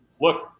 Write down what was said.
look